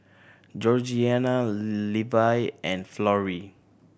Georgianna Levi and Florrie